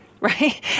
right